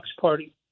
party